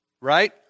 right